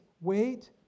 wait